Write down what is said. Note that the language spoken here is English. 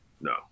no